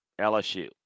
LSU